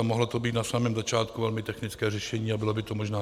Mohlo to být na samém začátku velmi technické řešení a bylo by to možná lepší.